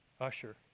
usher